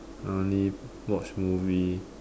I only watch movie